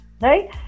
Right